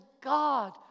God